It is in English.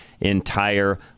entire